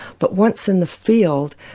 but once in the field,